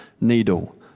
Needle